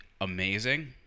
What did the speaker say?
amazing